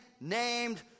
named